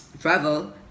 travel